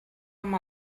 amb